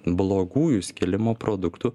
blogųjų skilimo produktų